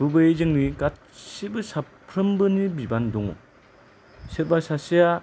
गुबैयै जोंनि गासैबो साफ्रोमबोनि बिबान दङ सोरबा सासेया